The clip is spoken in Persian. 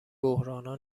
بحرانها